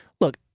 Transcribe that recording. look